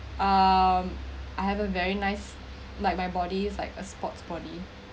um I have a very nice like my body's like a sports body